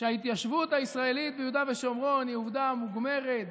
שההתיישבות הישראלית ביהודה ושומרון היא עובדה מוגמרת,